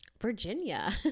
Virginia